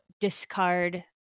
discard